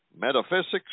metaphysics